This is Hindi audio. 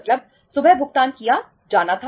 मतलब सुबह भुगतान किया जाना था